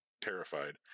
terrified